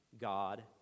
God